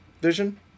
vision